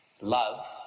Love